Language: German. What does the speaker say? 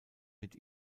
mit